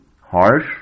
harsh